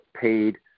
paid